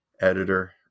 editor